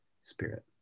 spirit